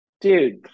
dude